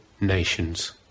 nations